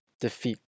defeat